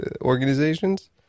organizations